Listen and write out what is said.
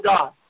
God